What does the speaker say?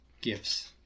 Gifts